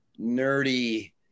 nerdy